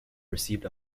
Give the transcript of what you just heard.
received